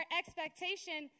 expectation